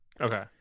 okay